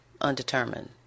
undetermined